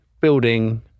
building